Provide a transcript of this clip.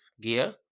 gear